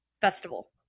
festival